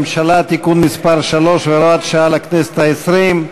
הממשלה (תיקון מס' 3 והוראת שעה לכנסת ה-20).